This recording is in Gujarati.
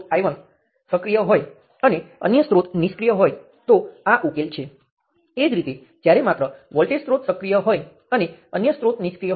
તેથી પહેલાંમાં માત્ર I1 સક્રિય છે અને બીજામાં માત્ર V2 સક્રિય છે અને ત્રીજામાં માત્ર V3 સક્રિય છે